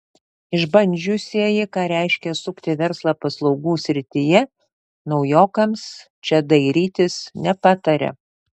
išbandžiusieji ką reiškia sukti verslą paslaugų srityje naujokams čia dairytis nepataria